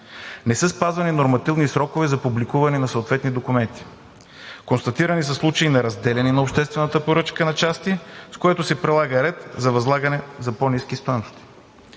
не са спазвани нормативните срокове за публикуване на съответни документи; констатирани са случаи на разделяне на обществената поръчка на части, с което се прилага ред за възлагане за по-ниски стойности.